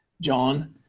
john